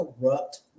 corrupt